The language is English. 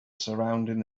surrounding